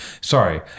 sorry